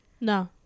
No